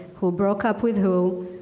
who broke up with who,